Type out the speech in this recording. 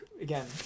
again